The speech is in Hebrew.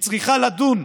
היא צריכה לדון,